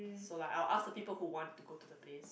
so like I'll ask the people who want to go to the place